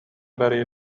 برا